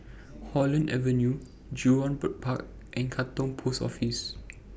Holland Avenue Jurong Bird Park and Katong Post Office